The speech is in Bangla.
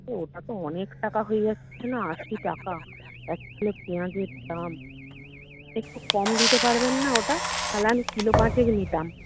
তো ওটা তো অনেক টাকা হয়ে যাচ্ছে না আশি টাকা এক পেঁয়াজের দাম একটু কম দিতে পারবেন না ওটা তাহলে আমি কিলো পাঁচেক নিতাম